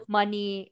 money